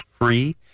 free